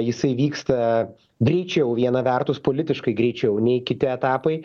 jisai vyksta greičiau vieną vertus politiškai greičiau nei kiti etapai